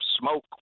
smoke